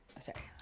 sorry